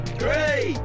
three